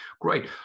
Great